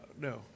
no